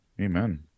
Amen